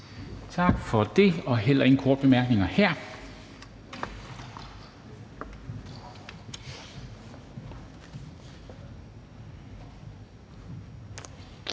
Tak for det. Der er korte bemærkninger.